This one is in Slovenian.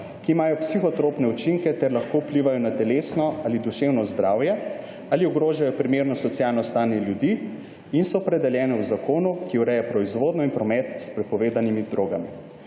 ki imajo psihotropne učinke ter lahko vplivajo na telesno ali duševno zdravje ali ogrožajo primerno socialno stanje ljudi in so opredeljene v zakonu, ki ureja proizvodnjo in promet s prepovedanimi drogami.